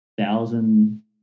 thousand